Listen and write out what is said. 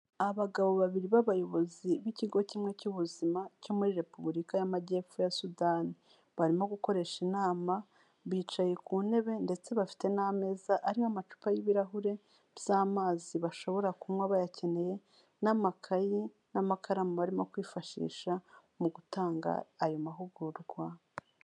Abagabo babiri b'abayobozi b'ikigo kimwe cy'ubuzima cyo muri Repubulika y'amajyepfo ya Sudani, barimo gukoresha inama bicaye ku ntebe ndetse bafite n'ameza ariho amacupa y'ibirahure by'amazi bashobora kunywa bayakeneye, n'amakayi n'amakaramu barimo kwifashisha mu gutanga ayo mahugurwa.